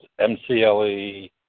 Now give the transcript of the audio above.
MCLE